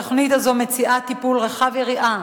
התוכנית הזאת מציעה טיפול רחב יריעה